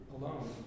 alone